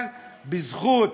אבל בזכות